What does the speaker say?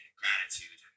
gratitude